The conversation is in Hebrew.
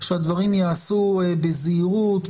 שהדברים ייעשו בזהירות,